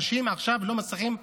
אנשים עכשיו לא מצליחים לשלם.